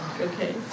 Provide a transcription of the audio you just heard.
Okay